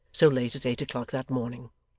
so late as eight o'clock that morning.